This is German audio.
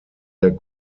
der